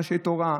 אנשי תורה,